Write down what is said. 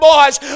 boys